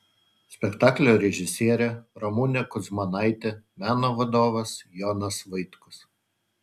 spektaklio režisierė ramunė kudzmanaitė meno vadovas jonas vaitkus